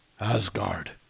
Asgard